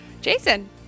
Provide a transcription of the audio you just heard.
Jason